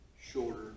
shorter